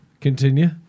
Continue